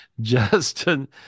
Justin